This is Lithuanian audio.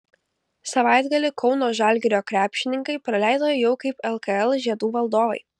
savaitgalį kauno žalgirio krepšininkai praleido jau kaip lkl žiedų valdovai